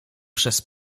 przez